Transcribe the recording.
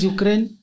Ukraine